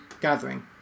gathering